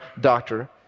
doctor